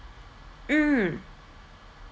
mm